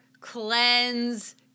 cleanse